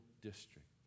district